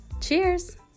Cheers